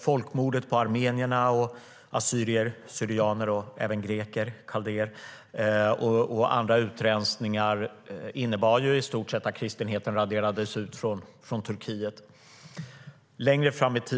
Folkmordet på armenier, assyrier, syrianer, greker och kaldéer och andra utrensningar innebar i stort sett att kristenheten raderades ut från Turkiet.